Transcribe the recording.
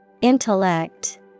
Intellect